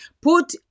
put